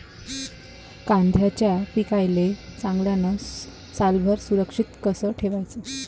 कांद्याच्या पिकाले चांगल्यानं सालभर सुरक्षित कस ठेवाचं?